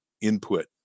input